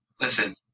Listen